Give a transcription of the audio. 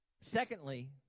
Secondly